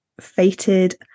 fated